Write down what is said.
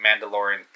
Mandalorian